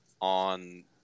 on